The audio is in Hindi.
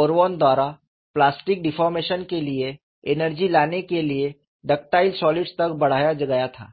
ओरोवन द्वारा प्लास्टिक डेफोर्मेशन के लिए एनर्जी लाने के लिए डक्टाइल सॉलिड्स तक बढ़ाया गया था